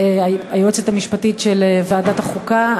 היועצת המשפטית של ועדת החוקה,